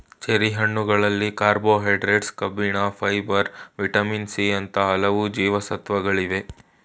cherry ಹಣ್ಣುಗಳಲ್ಲಿ carbohydrates, ಕಬ್ಬಿಣ, fibre, vitamin C ಅಂತ ಹಲವು ಜೀವಸತ್ವಗಳಿವೆ